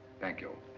thank you.